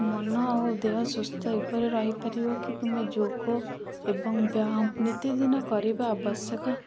ମନ ଓ ଦେହ ସୁସ୍ଥ ଏପରି ରହିପାରିବ କି ଯୋଗ ଏବଂ ବ୍ୟାୟାମ ନିତିଦିନ କରିବା ଆବଶ୍ୟକ